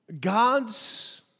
God's